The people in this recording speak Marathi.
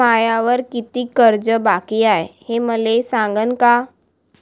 मायावर कितीक कर्ज बाकी हाय, हे मले सांगान का?